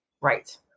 Right